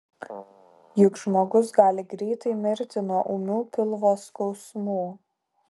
juk žmogus gali greitai mirti nuo ūmių pilvo skausmų